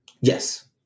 yes